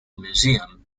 museum